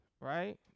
right